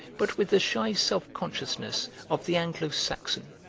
but with the shy self-consciousness of the anglo-saxon,